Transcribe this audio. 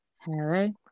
Hello